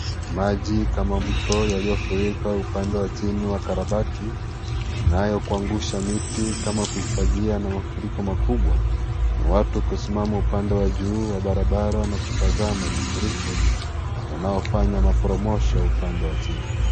Majinkama mto yaliyo furika upande wa chini wa karabati nayo kuangusha miti kama kufagia na mafuriko makubwa na watu kusimama upande wa juu wa barabara na kutazama mafuriko yanayofanya maporomosho upande wa chini.